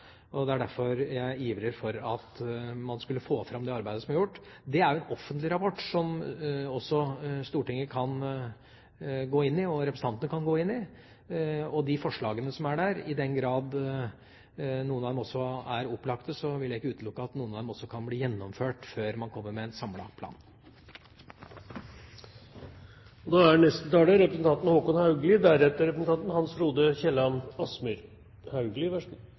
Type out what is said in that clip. lammes. Det er derfor jeg har ivret for at man skulle få fram det arbeidet som er gjort. Dette er jo en offentlig rapport som også Stortinget, og representantene, kan gå inn i. Og i den grad noen av de forslagene som er der, er opplagte, vil jeg ikke utelukke at de også kan bli gjennomført før man kommer med en samlet plan. Jeg vil først takke interpellanten for å ha tatt opp en veldig viktig problemstilling. ID-tyveri er kriminalitet – kriminalitet som kan ha store negative konsekvenser for den det rammer, og